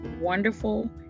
wonderful